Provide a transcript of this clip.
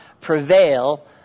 prevail